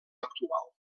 actual